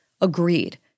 agreed